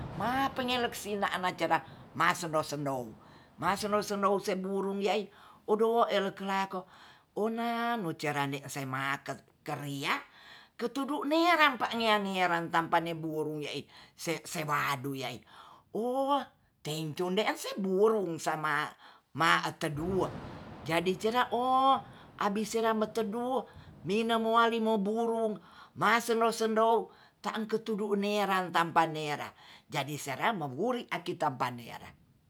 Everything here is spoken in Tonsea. Ma pengelek sina na jerak masenou-senou, masenou-senou se burung ye'ei odou elek kelako onanu carane semaket keriak ketudu nerang pa ngeang neran tampane burung nge'i se sewadu yei wo tento de'en se burung sama matedu jadi jera o abis sela matedu minamualemo burung masendou-sendou taeng ku tedu nera tampan nera jadi seram mawuri akita banera